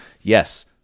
yes